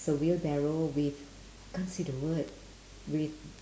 it's a wheelbarrow with I can't see the word with